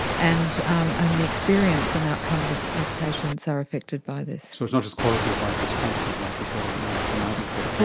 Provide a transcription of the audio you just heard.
and um and the experience and outcomes ah of patients are affected by this. so it's not just quality of life, it's quantity of life as well that also might be affected.